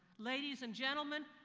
ladies and gentlemen,